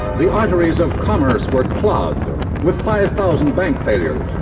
the arteries of commerce were clogged but with five thousand bank failures,